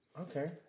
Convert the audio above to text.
okay